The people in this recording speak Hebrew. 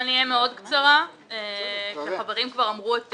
אני אהיה מאוד קצרה, כי החברים כבר אמרו את